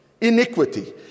Iniquity